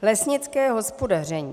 Lesnické hospodaření.